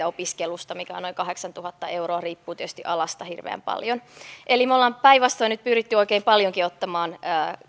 opiskelusta keskimäärin on noin kahdeksantuhatta euroa riippuu tietysti alasta hirveän paljon eli me olemme päinvastoin nyt pyrkineet oikein paljonkin ottamaan